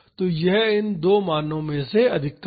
तो वह इन दो मानों में से अधिकतम है